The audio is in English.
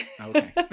Okay